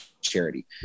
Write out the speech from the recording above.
charity